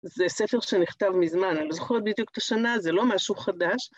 זה ספר שנכתב מזמן, אני לא זוכרת בדיוק את השנה, זה לא משהו חדש.